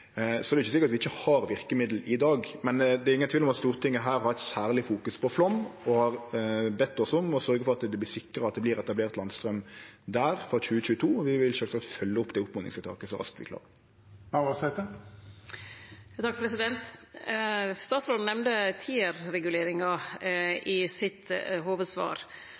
så det er ikkje sikkert at vi ikkje har verkemiddel i dag. Men det er ingen tvil om at Stortinget fokuserer særleg på Flåm og har bede oss om å sørgje for at det vert sikra etablering av landstraum der frå 2022. Vi vil sjølvsagt følgje opp det oppmodingsvedtaket så raskt vi klarar. Statsråden nemnde Tier-reguleringa i sitt hovudsvar.